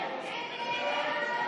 קבוצת סיעת ש"ס,